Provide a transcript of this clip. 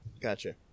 Gotcha